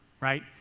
Right